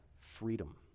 freedom